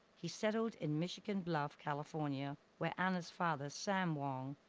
he settled in michigan bluff, california, where anna's father, sam wong,